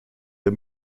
der